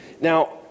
Now